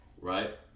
right